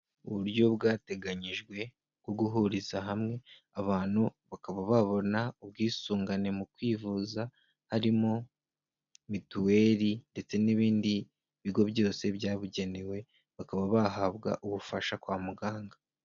Uburyo bwateganyijwe bwo guhuriza hamwe abantu bakaba babona ubwisungane mu kwivuza. Harimo mituweli ndetse n'ibindi bigo byose byabugenewe, bakaba bahabwa ubufasha kwa muganga.